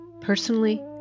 personally